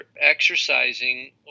exercising